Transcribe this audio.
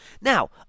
Now